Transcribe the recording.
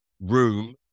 room